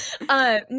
No